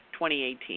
2018